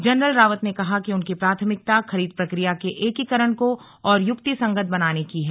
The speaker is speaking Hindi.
जनरल रावत ने कहा कि उनकी प्राथमिकता खरीद प्रक्रिया के एकीकरण को और युक्तिसंगत बनाने की है